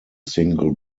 single